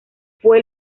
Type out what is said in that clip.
fue